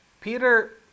Peter